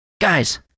Guys